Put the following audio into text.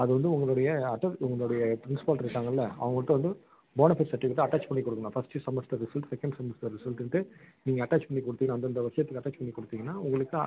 அது வந்து உங்களுடைய அட்டல் உங்களுடைய பிரின்ஸ்பால் இருக்காங்கல்ல அவங்கள்ட்ட வந்து போனஃபைட் சர்ட்டிஃபிக்கேட்டை அட்டாச் பண்ணி கொடுக்கணும் first semester result second semester ரிசல்ட்டுன்ட்டு நீங்கள் அட்டாச் பண்ணி கொடுத்தீங்கன்னா அந்தந்த வருஷத்துக்கு அட்டாச் பண்ணி கொடுத்தீங்கன்னா உங்களுக்கு